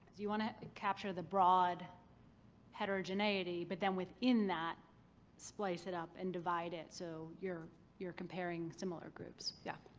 do you want to capture the broad heterogeneity, but then within that splice it up and divide it so you're you're comparing similar groups? yeah.